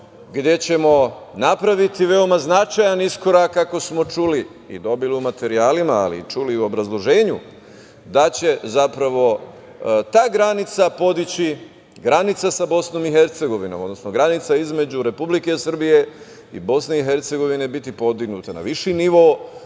gde ćemo napraviti veoma značajan iskorak ako smo čuli i dobili u materijalima, ali čuli u obrazloženju da će zapravo ta granica podići, granica sa BiH, odnosno granica između Republike Srbije i BiH, biti podignuta na viši nivo,